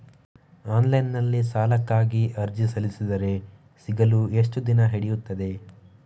Online ನಲ್ಲಿ ಸಾಲಕ್ಕಾಗಿ ಅರ್ಜಿ ಸಲ್ಲಿಸಿದರೆ ಸಿಗಲು ಎಷ್ಟು ದಿನ ಹಿಡಿಯುತ್ತದೆ?